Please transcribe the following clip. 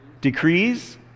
decrees